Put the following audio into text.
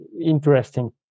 interesting